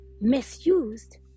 misused